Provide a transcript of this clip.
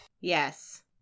yes